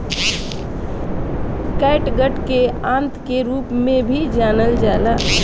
catgut के आंत के रूप में भी जानल जाला